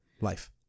life